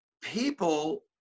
people